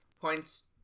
points